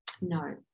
No